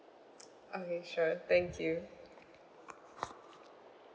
okay sure thank you